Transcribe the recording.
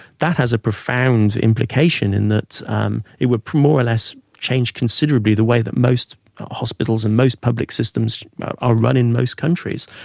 that has a profound implication in that um it would more or less change considerably the way that most hospitals and most public systems are run in most countries.